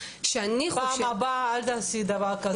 בפעם הבאה אל תעשי דבר כזה.